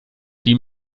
die